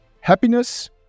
happiness